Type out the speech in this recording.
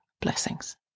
blessings